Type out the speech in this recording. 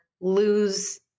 lose